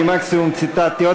אני מקסימום ציטטתי.